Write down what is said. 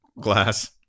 Glass